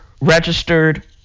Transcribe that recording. registered